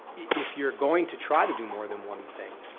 if you're going to try to do more than one thing,